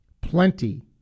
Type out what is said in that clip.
Plenty